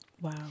Wow